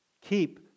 Keep